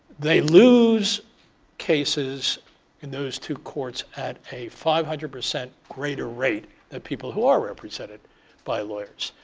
they lose cases in those two courts at a five hundred percent greater rate than people who are represented by lawyers.